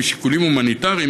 ומשיקולים הומניטריים,